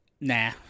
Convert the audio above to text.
Nah